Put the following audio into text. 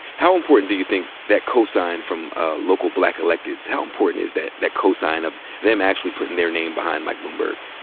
how important do you think that cosign from ah local black elected? how important is that, that cosign of them actually puttin' their name behind mike bloomberg?